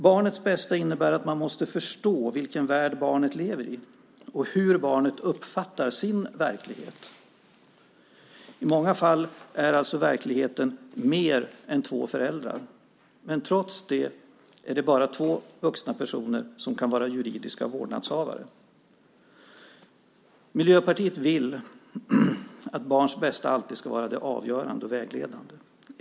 Barnets bästa innebär att man måste förstå vilken värld barnet lever i och hur barnet uppfattar sin verklighet. I många fall finns det i verkligheten mer än två föräldrar, men trots det är det bara två vuxna personer som kan vara juridiska vårdnadshavare. Miljöpartiet vill att barns bästa alltid ska vara det avgörande och vägledande.